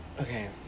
Okay